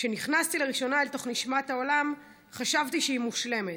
כשנכנסתי לראשונה אל תוך נשמת העולם חשבתי שהיא מושלמת.